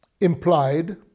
implied